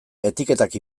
etiketak